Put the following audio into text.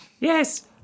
Yes